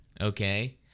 okay